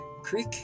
Creek